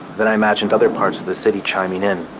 then i imagined other parts of the city chiming in,